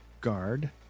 guard